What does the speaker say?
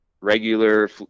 regular